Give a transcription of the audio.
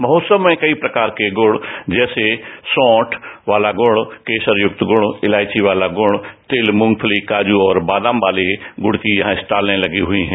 महोत्सव में कई प्रकार का गुड़ जैसे सॉठ वाला गुण केसर युक्त गुण इलायची वाला गुड़ तिल मूंगफली काजू और बादाम वाले गुड की यहां स्टाल लगी हुई हैं